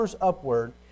upward